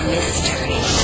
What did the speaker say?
Mystery